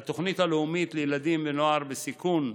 1. התוכנית הלאומית לילדים ונוער בסיכון,